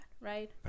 right